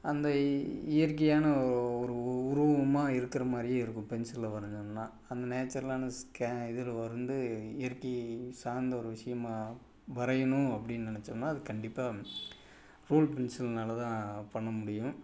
அந்த இயற்கையான ஒரு உருவமாக இருக்குறமாதிரியே இருக்கும் பென்சிலில் வரைஞ்சோம்னா அந்த நேச்சுரலான ஸ்கே இதில் வந்து இயற்கை சார்ந்த ஒரு விஷியமாக வரையணும் அப்படின்னு நினச்சோம்னா அது கண்டிப்பாக பென்சில்னால் தான் பண்ண முடியும்